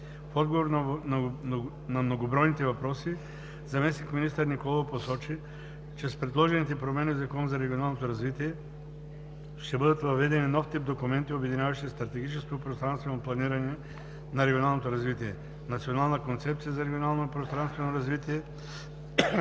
В отговор на многобройните въпроси заместник-министър Николова посочи, че с предложените промени в Закона за регионалното развитие ще бъдат въведени нов тип документи, обединяващи стратегическото и пространствено планиране на регионалното развитие – Национална концепция за регионално и пространствено развитие,